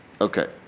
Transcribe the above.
okay